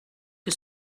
que